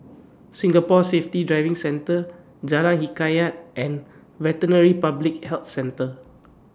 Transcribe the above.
Singapore Safety Driving Centre Jalan Hikayat and Veterinary Public Health Centre